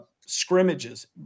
scrimmages